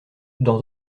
dans